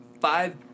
Five